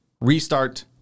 restart